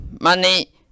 money